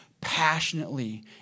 passionately